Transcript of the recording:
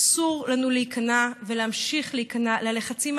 אסור לנו להיכנע ולהמשיך להיכנע ללחצים